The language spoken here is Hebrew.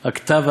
הכתב,